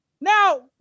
now